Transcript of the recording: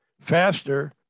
faster